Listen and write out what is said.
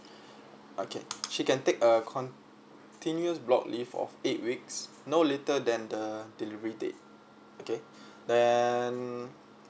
okay she can take a continues block leave of eight weeks no later than the delivery date okay then